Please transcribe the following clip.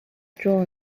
drawn